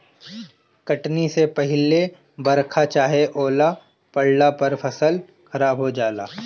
कटनी से पहिले बरखा चाहे ओला पड़ला पर फसल खराब हो जाला